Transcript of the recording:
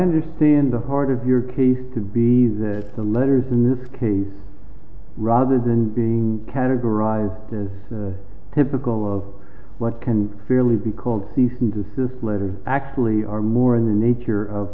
understand the heart of your case could be see that the letters in this case rather than being categorized as typical of what can fairly be called these and desist letter actually are more in the nature of